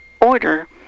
order